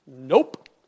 Nope